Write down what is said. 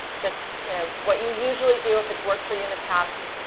just you know what you usually do, if it's worked for you in the past,